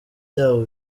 byabo